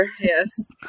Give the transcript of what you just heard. yes